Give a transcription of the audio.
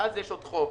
מעל זה יש עוד חוב.